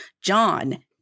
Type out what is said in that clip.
John